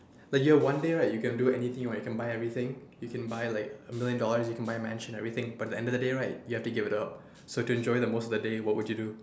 like you know one day right you can do anything you want you can buy everything you can buy like a million dollar you can buy mansion everything but at the end of the day you have to give it up so to enjoy most of the day what would you do